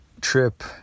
trip